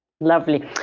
Lovely